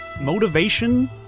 motivation